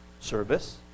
service